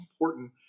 important